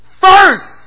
First